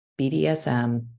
BDSM